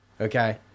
Okay